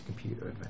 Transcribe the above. computer